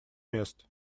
мест